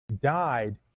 died